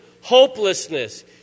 hopelessness